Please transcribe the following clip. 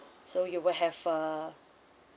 so you will have a